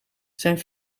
zijn